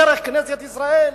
דרך כנסת ישראל?